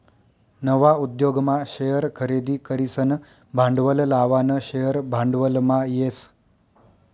नवा उद्योगमा शेअर खरेदी करीसन भांडवल लावानं शेअर भांडवलमा येस